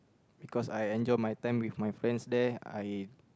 because I enjoy my time with my friends there I